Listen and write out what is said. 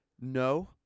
No